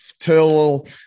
Till